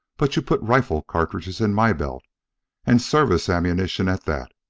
but you put rifle cartridges in my belt and service ammunition at that.